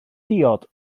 diod